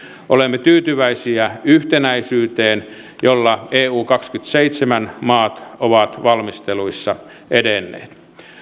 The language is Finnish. olemme tyytyväisiä yhtenäisyyteen jolla eu kaksikymmentäseitsemän maat ovat valmisteluissa edenneet